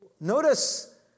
Notice